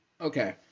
Okay